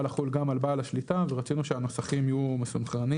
לחול גם על בעל השליטה ורצינו שהנוסחים יהיו מסונכרנים.